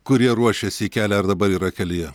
kurie ruošiasi į kelią ar dabar yra kelyje